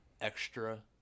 extra